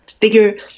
figure